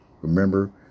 Remember